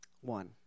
One